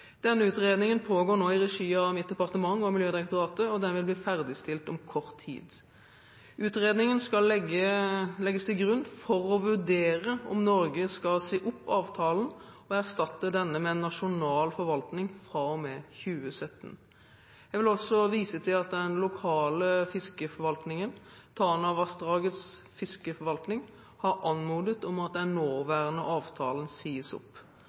Denne utredningen pågår nå i regi av mitt departement og Miljødirektoratet, og den vil bli ferdigstilt om kort tid. Utredningen skal legges til grunn for å vurdere om Norge skal si opp avtalen og erstatte denne med en nasjonal forvaltning fra og med 2017. Jeg vil også vise til at den lokale fiskeforvaltningen – Tanavassdragets fiskeforvaltning – har anmodet om at den nåværende avtalen sies opp.